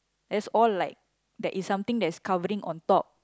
that's all like that is something that's covering on top